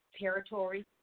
territory